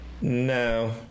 No